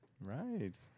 Right